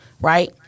Right